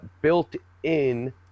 built-in